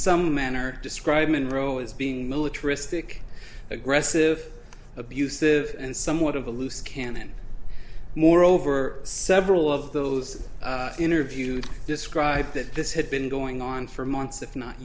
some manner described monroe as being militaristic aggressive abusive and somewhat of a loose canon moreover several of those interviewed described that this had been going on for months if not